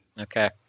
Okay